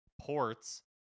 ports